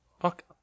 fuck